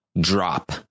drop